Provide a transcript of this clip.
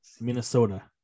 Minnesota